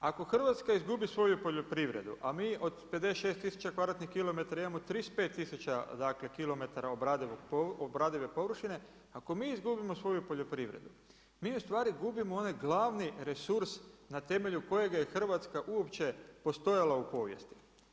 Ako Hrvatska izgubi svoju poljoprivredu, a mi od 56 tisuća kvadratnih kilometara imamo 35 tisuća kilometara obradive površine, ako mi izgubimo svoju poljoprivredu, mi ustvari gubimo onaj glavni resurs na temelju kojega je Hrvatska uopće postojala u povijesti.